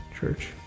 church